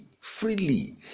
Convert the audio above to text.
freely